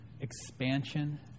expansion